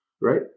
right